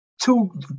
Two